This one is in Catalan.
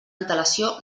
antelació